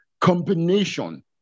combination